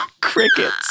Crickets